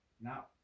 now